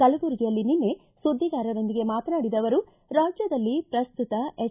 ಕಲುಬುರಗಿಯಲ್ಲಿ ನಿನ್ನೆ ಸುದ್ದಿಗಾರರೊಂದಿಗೆ ಮಾತನಾಡಿದ ಅವರು ರಾಜ್ಯದಲ್ಲಿ ಪ್ರಸ್ತುತ ಎಚ್